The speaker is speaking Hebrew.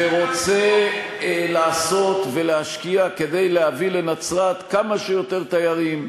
ורוצה לעשות ולהשקיע כדי להביא לנצרת כמה שיותר תיירים,